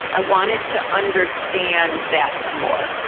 i wanted to understand that more.